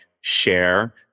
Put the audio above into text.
share